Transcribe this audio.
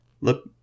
look